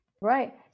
right